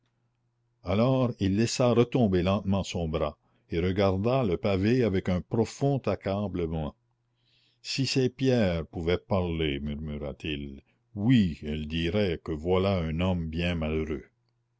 alors il laissa retomber lentement son bras et regarda le pavé avec un profond accablement si ces pierres pouvaient parler murmura-t-il oui elles diraient que voilà un homme bien malheureux